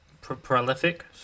Prolific